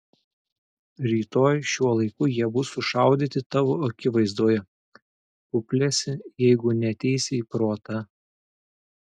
rytoj šiuo laiku jie bus sušaudyti tavo akivaizdoje puplesi jeigu neateisi į protą